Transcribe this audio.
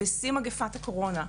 בשיא מגפת הקורונה,